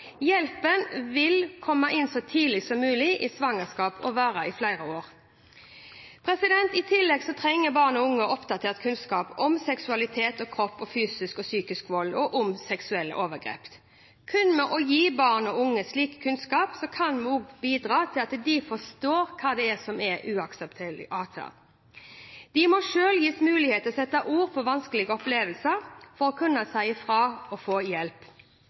Hjelpen vil komme inn så tidlig som mulig i svangerskap og vare i flere år. I tillegg trenger barn og unge oppdatert kunnskap om seksualitet og kropp, om fysisk og psykisk vold og om seksuelle overgrep. Kun ved å gi barn og unge slik kunnskap kan vi bidra til at de forstår hva som er uakseptabel atferd. De må selv gis mulighet til å sette ord på vanskelige opplevelser for å kunne si fra og få hjelp.